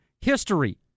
history